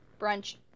Brunch